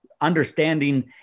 understanding